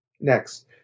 Next